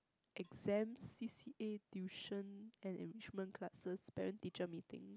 exams C_C_A tuition and enrichment classes parent teacher meeting